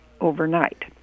overnight